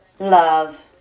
love